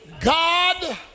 God